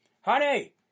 honey